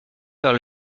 vers